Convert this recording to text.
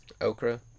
okra